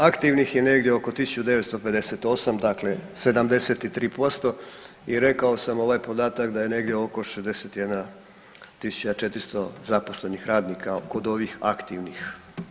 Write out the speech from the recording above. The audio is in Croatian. Aktivnih je negdje oko 1958 dakle 73% i rekao sam ovaj podatak da je negdje oko 61.400 zaposlenih radnika kod ovih aktivnih.